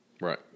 Right